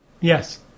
Yes